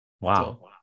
Wow